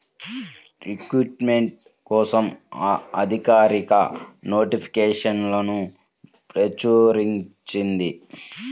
recruitment కోసం అధికారిక నోటిఫికేషన్ను ప్రచురించింది